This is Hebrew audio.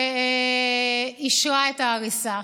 שאישרה את ההריסה.